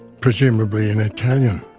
presumably in italian.